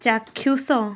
ଚାକ୍ଷୁଷ